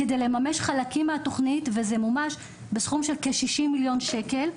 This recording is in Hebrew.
כדי לממש חלקים מהתוכנית וזה מומש בסכום של כ-60 מיליון שקל,